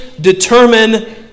determine